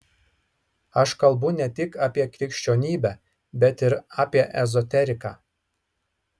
aš kalbu ne tik apie krikščionybę bet ir apie ezoteriką